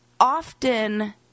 often